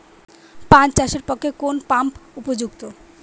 পান চাষের পক্ষে কোন পাম্প উপযুক্ত?